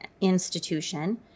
institution